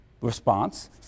response